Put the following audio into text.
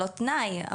לא כתוב שזה תנאי,